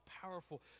powerful